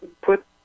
put